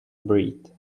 breed